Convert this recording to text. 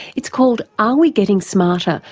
it's called are we getting smarter?